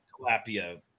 tilapia